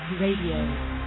Radio